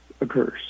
occurs